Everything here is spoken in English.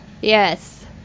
Yes